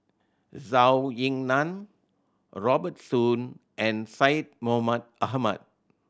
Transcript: Zhou Ying Nan Robert Soon and Syed Mohamed Ahmed